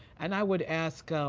and i would ask,